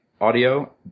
audio